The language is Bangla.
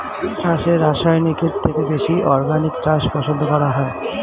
চাষে রাসায়নিকের থেকে বেশি অর্গানিক চাষ পছন্দ করা হয়